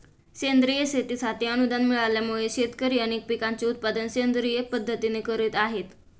सेंद्रिय शेतीसाठी अनुदान मिळाल्यामुळे, शेतकरी अनेक पिकांचे उत्पादन सेंद्रिय पद्धतीने करत आहेत